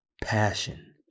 passion